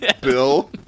Bill